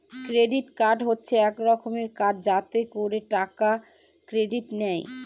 credit card হচ্ছে এক রকমের কার্ড যাতে করে টাকা ক্রেডিট নেয়